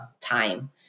time